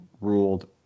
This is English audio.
ruled